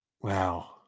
Wow